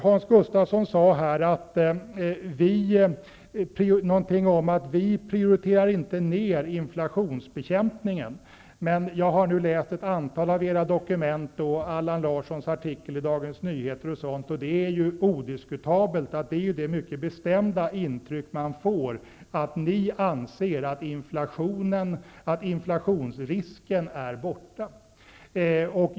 Hans Gustafsson sade här något i stil med att Socialdemokraterna inte prioriterar ned inflationsbekämpningen, men jag har nu läst ett antal av era dokument och Allan Larssons artikel i Dagens Nyheter, och det är odiskutabelt att det mycket bestämda intryck man får är att ni anser att inflationsrisken är borta.